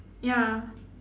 ya